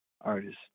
artist